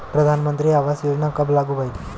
प्रधानमंत्री आवास योजना कब लागू भइल?